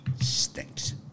stinks